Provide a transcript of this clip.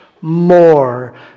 more